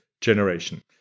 generation